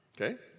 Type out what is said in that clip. Okay